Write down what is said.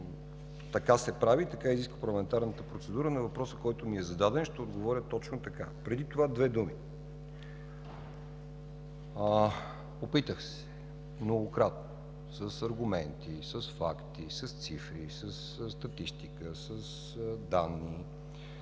така се прави, така изисква парламентарната процедура. На въпроса, който ми е зададен, ще отговоря точно така. Преди това две думи. Опитах се многократно с аргументи, с факти, с цифри, със статистика, с данни,